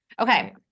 Okay